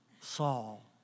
Saul